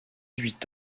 huit